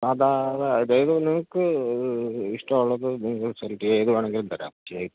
അതാണ് അതായത് നിങ്ങൾക്ക് ഇഷ്ടമുള്ളപ്പോൾ നിങ്ങൾക്ക് സെലക്ട് ചെയ്യാം ഏത് വേണേൽ തരാം